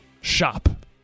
shop